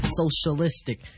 socialistic